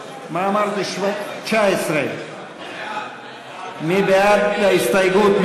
19. מי בעד ההסתייגות?